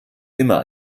immer